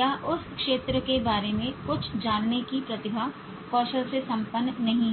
या उस क्षेत्र के बारे में कुछ जानने की प्रतिभा कौशल से संपन्न नहीं हैं